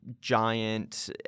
giant